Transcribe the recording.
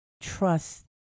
trust